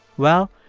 well,